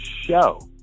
Show